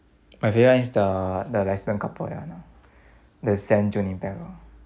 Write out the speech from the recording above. my favourite one is the the lesbian couple that one ah the san junipero